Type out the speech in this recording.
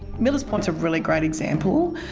miller's point's a really great example.